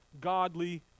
godly